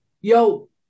yo